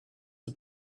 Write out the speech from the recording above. the